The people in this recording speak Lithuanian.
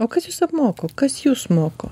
o kas jus apmoko kas jus moko